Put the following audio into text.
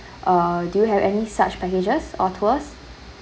uh do you have any such packages or tours